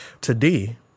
Today